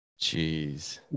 Jeez